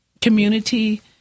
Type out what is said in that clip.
community